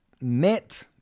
met